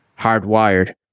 hardwired